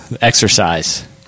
exercise